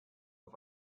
auf